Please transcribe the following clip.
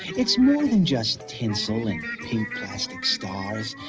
it's more than just tinsel and pink plastic stars.